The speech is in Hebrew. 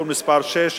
(תיקון מס' 6),